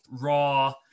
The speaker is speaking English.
raw